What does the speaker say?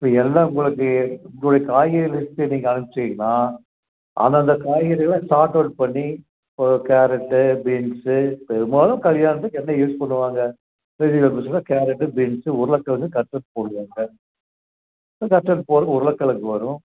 இப்போ என்ன உங்களுக்கு உங்களுடைய காய்கறி லிஸ்ட்டு நீங்கள் அனுப்பிச்சிங்கன்னா அந்தந்த காய்கறிகள்லாம் ஷார்ட் அவுட் பண்ணி இப்போ கேரட்டு பீன்ஸு இப்போ முதோ கல்யாணத்துக்கு என்ன யூஸ் பண்ணுவாங்க வெஜிடபுல்ஸ்ன்னா கேரட்டு பீன்ஸு உருளைக்கெழங்கு கட்லெட் போடுவாங்க ம் கட்லெட் போடுறதுக்கு உருளைக்கெழங்கு வேணும்